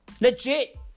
Legit